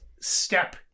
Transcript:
step